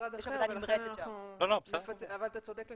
משרד אחר, אבל אתה צודק לגמרי.